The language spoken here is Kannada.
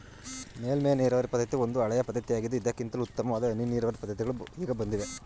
ಮೇಲ್ಮೈ ನೀರಾವರಿ ಪದ್ಧತಿ ಒಂದು ಹಳೆಯ ಪದ್ಧತಿಯಾಗಿದ್ದು ಇದಕ್ಕಿಂತಲೂ ಉತ್ತಮವಾದ ಹನಿ ನೀರಾವರಿ ಪದ್ಧತಿಗಳು ಈಗ ಬಂದಿವೆ